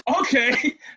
okay